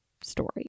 story